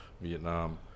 vietnam